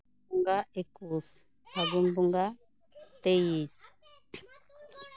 ᱵᱚᱸᱜᱟ ᱮᱠᱩᱥ ᱯᱷᱟᱹᱜᱩᱱ ᱵᱚᱸᱜᱟ ᱛᱮᱭᱤᱥ